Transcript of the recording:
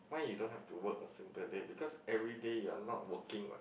why you don't to work a single day because every day you are not working one